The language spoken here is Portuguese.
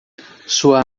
sua